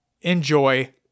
Enjoy